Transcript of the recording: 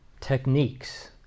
techniques